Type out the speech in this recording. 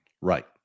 Right